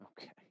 Okay